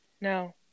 No